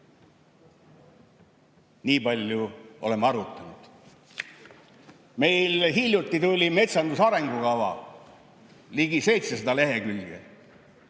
Nii palju oleme arutanud. Meil hiljuti tuli metsanduse arengukava, ligi 700 lehekülge.